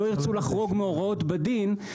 לא ירצו לחרוג מהוראות בדין,